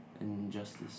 Injustice